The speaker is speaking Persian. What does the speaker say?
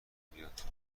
بیاد